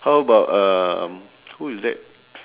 how about um who is that